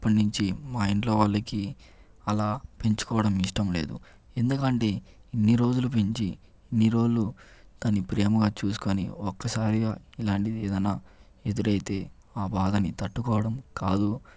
అప్పటి నుంచి మా ఇంట్లో వాళ్లకి అలా పెంచుకోవడం ఇష్టం లేదు ఎందుకంటే ఇన్ని రోజులు పెంచి ఇన్ని రోజులు దాన్ని ప్రేమగా చూసుకుని ఒక్కసారిగా ఇలాంటి ఏదైనా ఎదురైతే ఆ బాధని తట్టుకోవడం కాదు